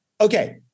Okay